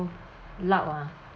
loud ah